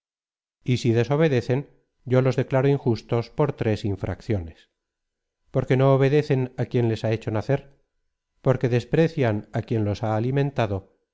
y si desobedecen yo los declaro injustos por tres infracciones porque no obedecen á quien les ha hecho nacer porque desprecian á quien los ha alimentado